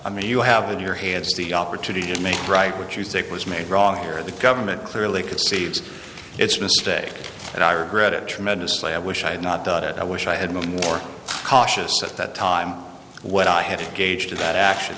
i mean you have in your hands the opportunity to make right what you think was made wrong here the government clearly conceives its mistake and i regret it tremendously i wish i had not done it i wish i had moved more cautious at that time what i had to gauge to that action